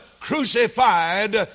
crucified